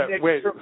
wait